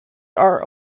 are